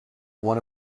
one